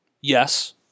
Yes